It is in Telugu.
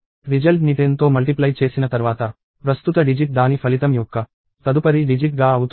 రిజల్ట్ ని 10తో మల్టిప్లై చేసిన తర్వాత ప్రస్తుత డిజిట్ దాని ఫలితం యొక్క తదుపరి డిజిట్ గా అవుతుంది